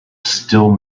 still